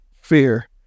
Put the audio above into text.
fear